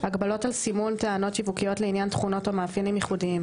הגבלות על סימון טענות שיווקיות לעניין תכונות או מאפיינים ייחודיים.